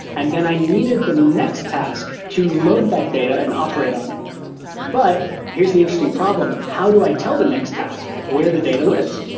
and then i needed the next task to load that data and operate on. but here's the interesting problem. how do i tell the next task where the data lives?